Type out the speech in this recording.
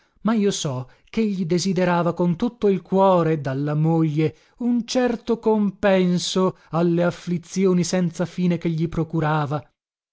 ma io so chegli desiderava con tutto il cuore dalla moglie un certo compenso alle afflizioni senza fine che gli procurava